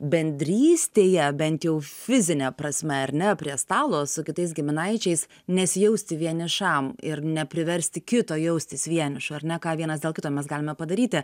bendrystėje bent jau fizine prasme ar ne prie stalo su kitais giminaičiais nesijausti vienišam ir nepriversti kito jaustis vienišu ar ne ką vienas dėl kito mes galime padaryti